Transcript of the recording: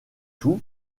tout